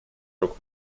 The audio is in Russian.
руку